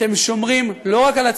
אתם שומרים לא רק על עצמכם,